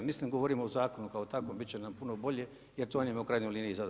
Mislim govorimo o zakonu kao takvom bit će nam puno bolje jer to nam je u krajnjoj liniji zadaća.